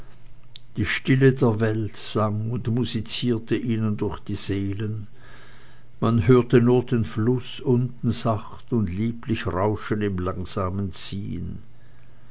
die stille der welt sang und musizierte ihnen durch die seelen man hörte nur den fluß unten sacht und lieblich rauschen im langsamen ziehen